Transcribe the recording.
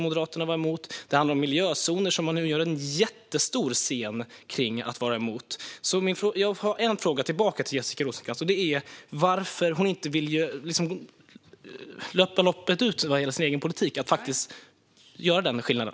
Moderaterna var emot trängselskatter. Miljözoner gör man nu en jättestor scen av att man är emot. Jag har därför en fråga till Jessica Rosencrantz. Varför vill hon inte löpa linan ut när det gäller sin egen politik och faktiskt göra den skillnaden?